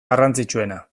garrantzitsuena